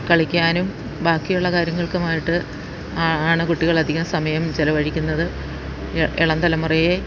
കളിക്കാനും ബാക്കിയുള്ള കാര്യങ്ങൾക്കുമായിട്ട് ആണ് കുട്ടികൾ അധികം സമയം ചിലവഴിക്കുന്നത് ഇളം തലമുറയെ